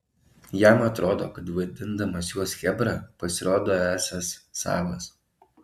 jam atrodo kad vadindamas juos chebra pasirodo esąs savas